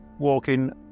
walking